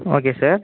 okay sir